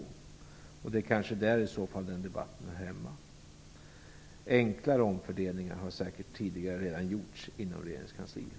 Det är kanske i så fall där debatten hör hemma. Enklare omfördelningar har säkert redan tidigare gjorts inom regeringskansliet.